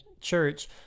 church